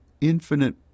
infinite